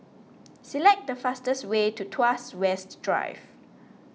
select the fastest way to Tuas West Drive